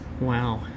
Wow